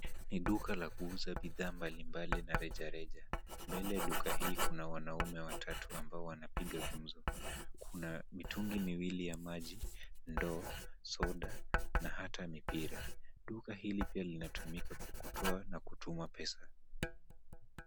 Ni duka la kuuza bidhaa mbalimbali na rejareja. Mbele ya duka hii kuna wanaume watatu ambao wanapiga gumzo. Kuna mitungi miwili ya maji, ndoo, soda na hata mipira. Duka hili pia linatumika kutoa na kutuma pesa.